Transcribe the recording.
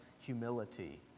humility